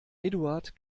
eduard